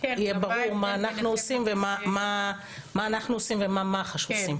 יהיה ברור מה אנחנו עושים ומה מח"ש עושים.